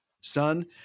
son